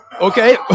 Okay